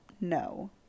No